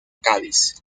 cádiz